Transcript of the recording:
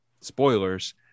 spoilers